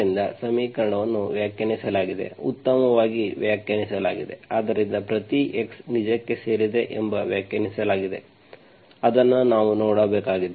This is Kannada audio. ಆದ್ದರಿಂದ ಸಮೀಕರಣವನ್ನು ವ್ಯಾಖ್ಯಾನಿಸಲಾಗಿದೆ ಉತ್ತಮವಾಗಿ ವ್ಯಾಖ್ಯಾನಿಸಲಾಗಿದೆ ಆದ್ದರಿಂದ ಪ್ರತಿ x ನಿಜಕ್ಕೆ ಸೇರಿದೆ ಎಂದು ವ್ಯಾಖ್ಯಾನಿಸಲಾಗಿದೆ ಅದನ್ನು ನಾವು ನೋಡಬೇಕಾಗಿದೆ